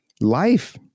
Life